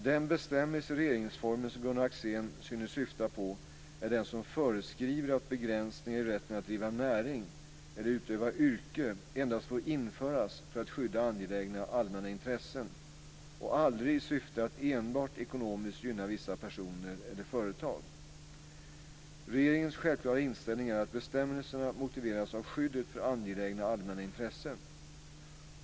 Den bestämmelse i regeringsformen som Gunnar Axén synes syfta på är den som föreskriver att begränsningar i rätten att driva näring eller utöva yrke endast får införas för att skydda angelägna allmänna intressen och aldrig i syfte enbart att ekonomiskt gynna vissa personer eller företag . Regeringens självklara inställning är att bestämmelserna motiveras av skyddet för angelägna allmänna intressen.